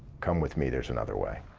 come with me, there's another way.